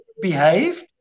behave